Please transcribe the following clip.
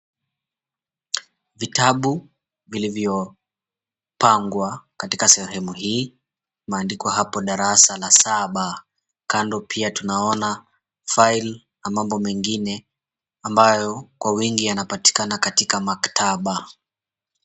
Vitabu vilivyopangwa katika sehemu hii imeandikwa hapo darasa la saba. Kando pia tunaona file na mambo mengine ambayo kwa wingi yanapatikana katika maktaba.